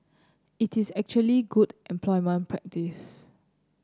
it is actually good employment practice